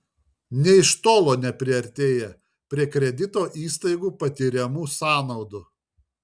nė iš tolo nepriartėja prie kredito įstaigų patiriamų sąnaudų